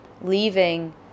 leaving